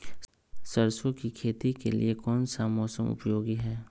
सरसो की खेती के लिए कौन सा मौसम उपयोगी है?